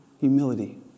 Humility